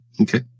Okay